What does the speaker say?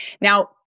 Now